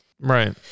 right